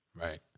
Right